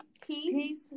Peace